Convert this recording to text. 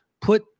put